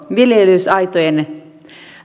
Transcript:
viljelysaitojen